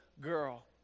girl